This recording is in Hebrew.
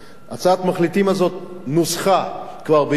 הצעת המחליטים הזאת נוסחה כבר ביוני,